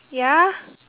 ya